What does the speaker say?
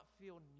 feel